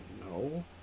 no